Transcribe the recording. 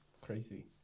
crazy